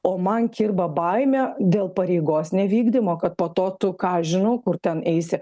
o man kirba baimė dėl pareigos nevykdymo kad po to tu ką aš žinau kur ten eisi